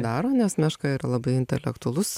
daro nes meška yra labai intelektualus